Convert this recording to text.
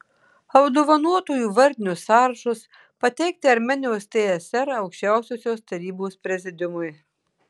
apdovanotųjų vardinius sąrašus pateikti armėnijos tsr aukščiausiosios tarybos prezidiumui